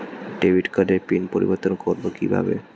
Debit কার্ডের pin পরিবর্তন করবো কীভাবে?